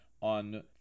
on